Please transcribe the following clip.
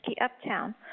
Uptown